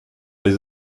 les